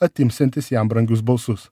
atimsiantys jam brangius balsus